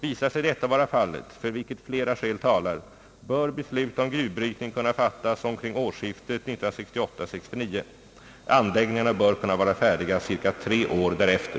Visar sig detta vara fallet, för vilket flera skäl talar, bör beslut om gruvbrytning kunna fattas omkring årsskiftet 1968/69. Anläggningarna bör kunna vara färdiga ca tre år därefter.